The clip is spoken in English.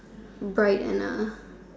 bright and A